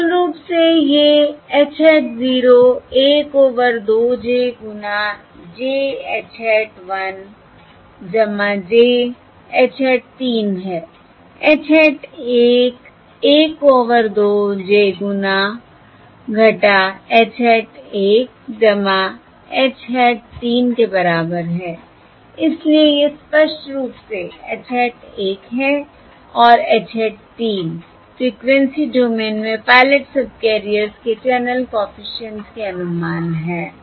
तो मूल रूप से ये H हैट 0 1 ओवर 2 j गुना j H hat 1 j H hat 3 है h हैट 1 1 ओवर 2 j गुना H हैट 1 H हैट 3 के बराबर है इसलिए ये स्पष्ट रूप से H हैट 1 हैं और H हैट 3 फ़्रीक्वेंसी डोमेन में पायलट सबकैरियर्स के चैनल कॉफिशिएंट्स के अनुमान हैं